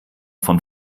von